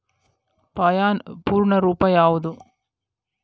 PAN ಪೂರ್ಣ ರೂಪ ಯಾವುದು?